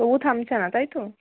তবু থামছে না তাই তো